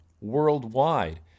worldwide